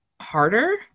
harder